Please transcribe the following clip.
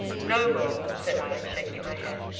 no more, said i, shaking my head.